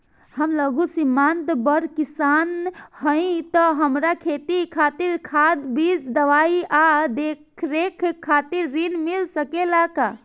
हम लघु सिमांत बड़ किसान हईं त हमरा खेती खातिर खाद बीज दवाई आ देखरेख खातिर ऋण मिल सकेला का?